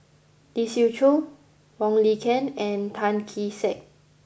Lee Siew Choh Wong Lin Ken and Tan Kee Sek